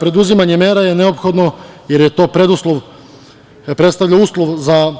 Preduzimanje mera je neophodno, jer je to predstavlja uslov za